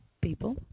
people